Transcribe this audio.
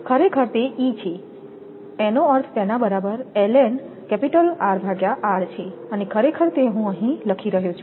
ખરેખર તે e છે એનો અર્થ છે અને ખરેખર તે હું અહીં લખી રહ્યો છું